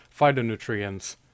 phytonutrients